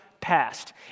passed